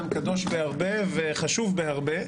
קדוש בהרבה וחשוב בהרבה,